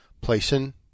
Placing